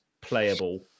playable